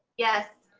yes.